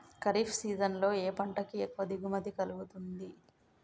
Kharif season లో ఏ పంట కి ఎక్కువ దిగుమతి కలుగుతుంది?